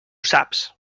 saps